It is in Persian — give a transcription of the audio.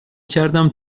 کردم